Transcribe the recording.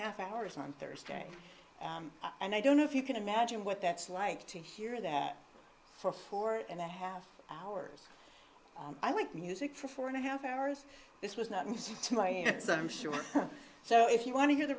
half hours on thursday and i don't know if you can imagine what that's like to hear that for four and a half hours i like music for four and a half hours this was not music to my ears i'm sure so if you want to hear the